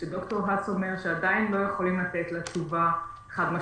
שד"ר האס אומר שעדיין לא יכולים לתת לה תשובה חד משמעית.